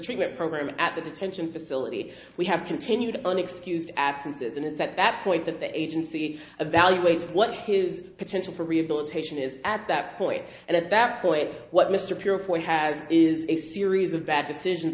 treatment program at the detention facility we have continued unexcused absences and it's at that point that the agency evaluated what his potential for rehabilitation is at that point and at that point what mr purefoy has is a series of bad decisions